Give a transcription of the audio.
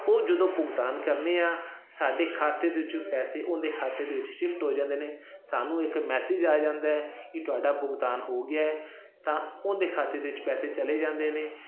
ਉਹ ਜਦੋਂ ਭੁਗਤਾਨ ਕਰਦੇ ਹਾਂ ਸਾਡੇ ਖਾਤੇ ਦੇ ਵਿੱਚੋਂ ਪੈਸੇ ਉਹਦੇ ਖਾਤੇ ਦੇ ਵਿੱਚ ਸ਼ਿਫਟ ਹੋ ਜਾਂਦੇ ਨੇ ਸਾਨੂੰ ਇੱਕ ਮੈਸੇਜ ਆ ਜਾਂਦਾ ਕਿ ਤੁਹਾਡਾ ਭੁਗਤਾਨ ਹੋ ਗਿਆ ਤਾਂ ਉਹਦੇ ਖਾਤੇ ਦੇ ਵਿੱਚ ਪੈਸੇ ਚਲੇ ਜਾਂਦੇ ਨੇ